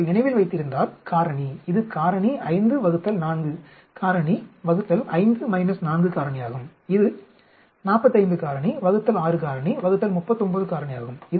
நீங்கள் நினைவில் வைத்திருந்தால் காரணி இது காரணி 5 ÷ 4 காரணி ÷ 5 4 காரணியாகும் இது 45 காரணி ÷ 6 காரணி ÷ 39 காரணியாகும்